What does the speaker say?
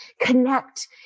connect